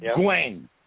Gwen